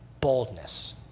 boldness